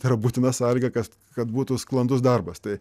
tai yra būtina sąlyga kad kad būtų sklandus darbas tai